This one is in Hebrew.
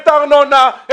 את הארנונה,